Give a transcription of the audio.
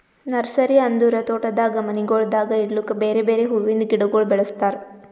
nursery ಅಂದುರ್ ತೋಟದಾಗ್ ಮನಿಗೊಳ್ದಾಗ್ ಇಡ್ಲುಕ್ ಬೇರೆ ಬೇರೆ ಹುವಿಂದ್ ಗಿಡಗೊಳ್ ಬೆಳುಸ್ತಾರ್